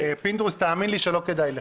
פינדרוס, תאמין לי שלא כדאי לך.